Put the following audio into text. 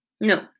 No